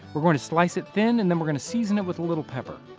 we're going to slice it thin and then we're going to season it with a little pepper.